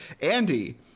andy